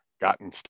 gotten